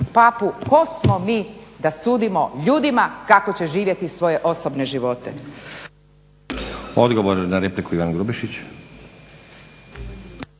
papu, tko smo mi da sudimo ljudima kako će živjeti svoje osobne živote? **Stazić, Nenad (SDP)** Odgovor na repliku, Ivan Grubišić.